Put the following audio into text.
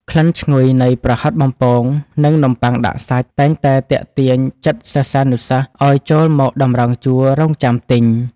ក្លិនឈ្ងុយនៃប្រហិតបំពងនិងនំបុ័ងដាក់សាច់តែងតែទាក់ទាញចិត្តសិស្សានុសិស្សឱ្យចូលមកតម្រង់ជួររង់ចាំទិញ។